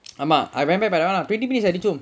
ஆமா:aamaa I went back twenty minutes